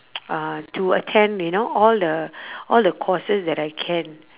uh to attend you know all the all the courses that I can